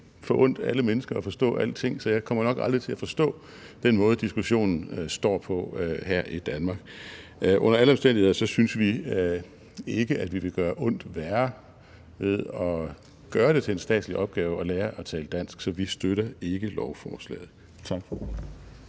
jo ikke alle mennesker forundt at forstå alting, så jeg kommer nok aldrig til at forstå den måde, diskussionen er på her i Danmark. Under alle omstændigheder synes vi ikke, at vi vil gøre ondt værre ved at gøre det til en statslig opgave at lære at tale dansk, så vi støtter ikke lovforslaget. Tak for ordet.